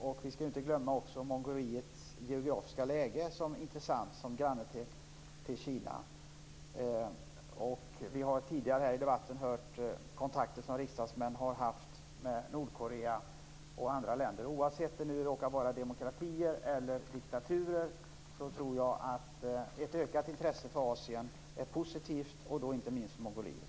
Vi skall inte heller glömma Mongoliets geografiskt intressanta läge; Mongoliet är granne till Kina. Vi har tidigare här i debatten hört talas om kontakter som riksdagsmän har haft med Nordkorea och andra länder. Oavsett om det råkar vara demokratier eller diktaturer tror jag att ett ökat intresse för Asien är positivt. Jag tänker då inte minst på Mongoliet.